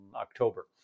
October